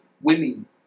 women